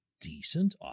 decent